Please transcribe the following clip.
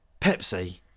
Pepsi